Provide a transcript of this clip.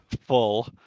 full